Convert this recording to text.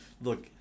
look